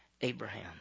Abraham